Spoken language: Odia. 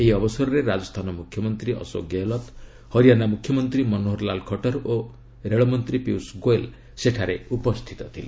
ଏହି ଅବସରରେ ରାଜସ୍ଥାନ ମୁଖ୍ୟମନ୍ତ୍ରୀ ଅଶୋକ ଗେହଲଟ୍ ହରିୟାଣା ମୁଖ୍ୟମନ୍ତ୍ରୀ ମନୋହରଲାଲ୍ ଖଟର୍ ଓ ରେଳମନ୍ତ୍ରୀ ପିୟୁଷ୍ ଗୋୟଲ୍ ସେଠାରେ ଉପସ୍ଥିତ ଥିଲେ